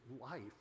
life